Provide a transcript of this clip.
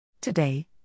Today